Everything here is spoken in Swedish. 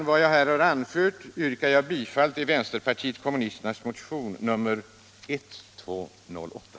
Med vad jag här anfört yrkar jag bifall till vänsterpartiet kommunisternas motion nr 1208.